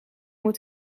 moet